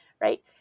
right